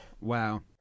Wow